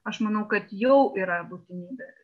aš manau kad jau yra būtinybė